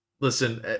Listen